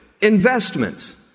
Investments